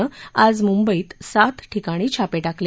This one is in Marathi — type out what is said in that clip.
नं आज मुंबईत सात ठिकाणी छापविकल